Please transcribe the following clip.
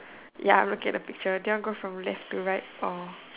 ya I'm looking at the picture do you want to go from left to right or